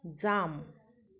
jam